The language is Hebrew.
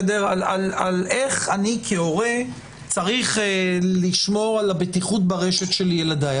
על איך אני כהורה צריך לשמור על הבטיחות ברשת של ילדיי.